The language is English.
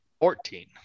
Fourteen